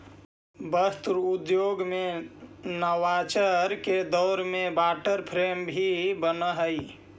वस्त्र उद्योग में नवाचार के दौर में वाटर फ्रेम भी बनऽ हई